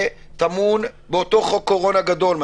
שטמון באותו חוק קורונה גדול.